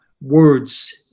words